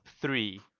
three